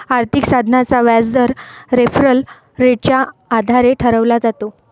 आर्थिक साधनाचा व्याजदर रेफरल रेटच्या आधारे ठरवला जातो